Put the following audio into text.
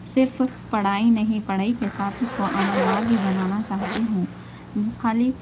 صرف پڑھائی نہیں پڑھائی کے ساتھ اُس کو عمل وار بھی بنانا چاہتی ہوں خالی